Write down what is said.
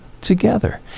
together